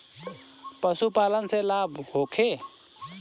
पशु पालन से लाभ होखे?